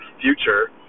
future